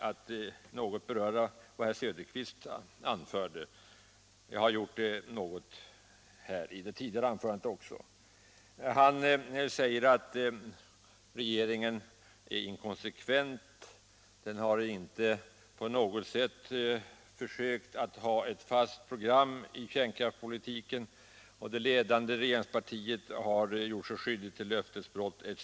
Herr Söderqvist sade att regeringen är inkonsekvent — den har inte ett fast program i kärnkraftspolitiken, den gamla politiken rullar vidare, det ledande regeringspartiet har gjort sig skyldigt till löftesbrott etc.